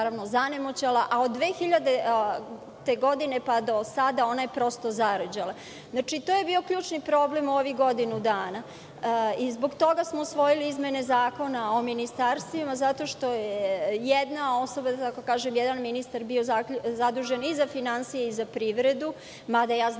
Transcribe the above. a od 2000. godine pa do sada ona je prosto zarđala. Znači, to je bio ključni problem ovih godinu dana i zbog toga smo usvojili izmene Zakona o ministarstvima, zato što je jedna osoba, da tako kažem, jedan ministar bio zadužen i za finansije i za privredu. Znam da je to